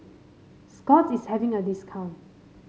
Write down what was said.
Scott's is having a discount